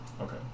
Okay